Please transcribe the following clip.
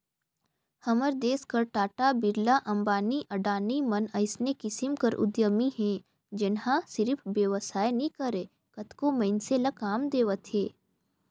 हमर देस कर टाटा, बिरला, अंबानी, अडानी मन अइसने किसिम कर उद्यमी हे जेनहा सिरिफ बेवसाय नी करय कतको मइनसे ल काम देवत हे